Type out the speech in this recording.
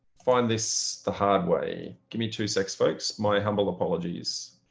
find this the hard way. give me two sec's folks, my humble apologies.